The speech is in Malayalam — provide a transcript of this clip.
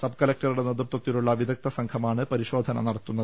സബ്കല ക്ടറുടെ നേതൃത്വത്തിലുള്ള വിദഗ്ദ സംഘമാണ് പരിശോധന നടത്തുന്നത്